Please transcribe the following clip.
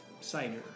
cider